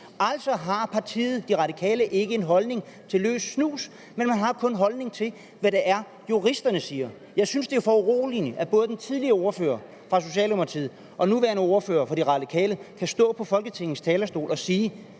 Altså har partiet De Radikale ikke en holdning til løs snus, men man har kun en holdning til, hvad det er, juristerne siger. Jeg synes, det er foruroligende, at både ordføreren for Socialdemokratiet tidligere og ordføreren for De Radikale nu kan stå på Folketingets talerstol og sige,